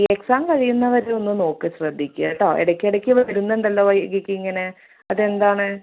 exam കഴിയുന്നവെരെയൊന്ന് നോക്ക് ശ്രദ്ധിയ്ക്കാട്ടോ ഇടക്കിടക്ക് വരുന്നുണ്ടല്ലോ വൈഗയ്ക്കിങ്ങനെ അതെന്താണ്